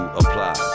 apply